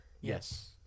Yes